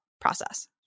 process